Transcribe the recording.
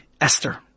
Esther